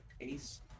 Ace